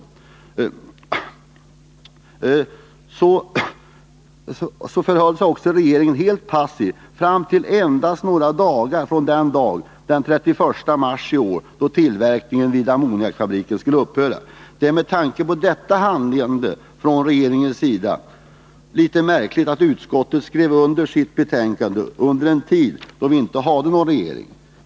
Trots det förhöll sig regeringen helt passiv fram till endast några dagar från den dag, den 31 mars i år, då tillverkningen vid ammoniakfabriken skulle upphöra. Det är med tanke på detta handlande från regeringens sida litet märkligt att utskottet skrev under sitt betänkande under en tid då vi inte hade någon regering.